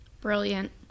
brilliant